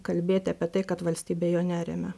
kalbėti apie tai kad valstybė jo neremia